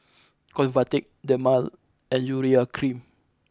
Convatec Dermale and Urea cream